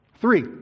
Three